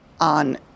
on